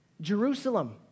Jerusalem